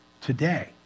today